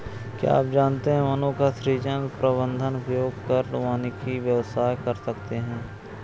क्या आप जानते है वनों का सृजन, प्रबन्धन, उपयोग कर वानिकी व्यवसाय कर सकते है?